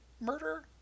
murder